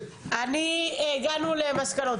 הגענו למסקנות.